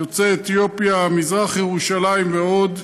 יוצאי אתיופיה, מזרח ירושלים ועוד.